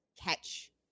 catch